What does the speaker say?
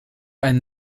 einen